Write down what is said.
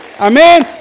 Amen